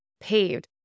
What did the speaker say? paved